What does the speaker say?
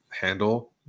handle